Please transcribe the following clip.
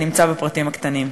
נמצא בפרטים הקטנים.